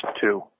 two